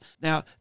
Now